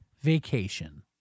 vacation